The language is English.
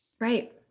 Right